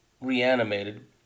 reanimated